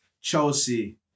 Chelsea